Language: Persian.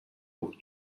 بود